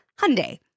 Hyundai